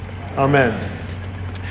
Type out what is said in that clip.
amen